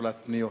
נטולת פניות.